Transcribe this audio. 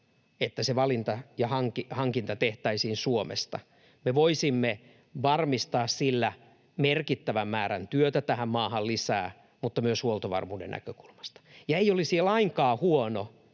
että valinta ja hankinta tehtäisiin Suomesta. Me voisimme varmistaa sillä merkittävän määrän työtä tähän maahan lisää, mutta myös huoltovarmuuden näkökulmasta. Ei olisi lainkaan huono,